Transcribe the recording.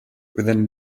within